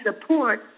support